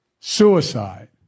suicide